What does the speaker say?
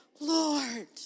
Lord